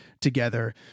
together